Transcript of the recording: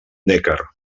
neckar